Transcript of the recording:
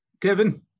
Kevin